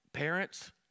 Parents